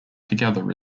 together